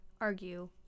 argue